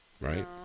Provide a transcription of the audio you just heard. Right